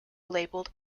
labelled